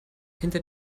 hinter